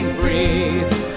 breathe